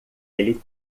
ele